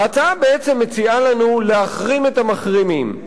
ההצעה בעצם מציעה לנו להחרים את המחרימים.